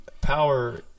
power